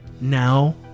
Now